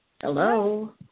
Hello